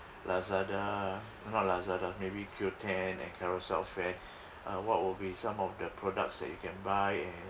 Lazada not Lazada maybe Qoo ten and Carousell fan uh what will be some of the products that you can buy and